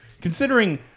considering